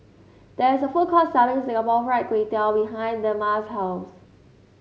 there is a food court selling Singapore Fried Kway Tiao behind Dema's house